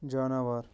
جاناوار